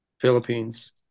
Philippines